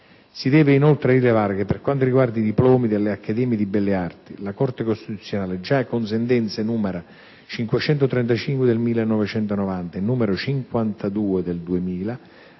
Si deve, inoltre, rilevare che, per quanto riguarda i diplomi delle Accademie di belle arti, la Corte costituzionale, già con le sentenze n. 535 del 1990 e n. 52 del 2000,